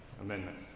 Amendment